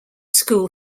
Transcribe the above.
school